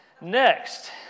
Next